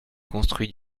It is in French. construits